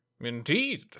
Indeed